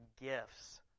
gifts